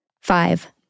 Five